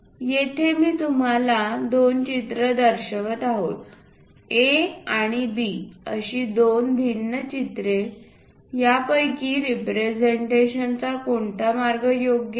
येथे मी तुम्हाला दोन चित्रे दर्शवित आहे A आणि B अशी दोन भिन्न चित्रे यापैकी रिप्रेझेंटेशन चा कोणता मार्ग योग्य मार्ग आहे